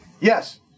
Yes